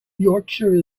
yorkshire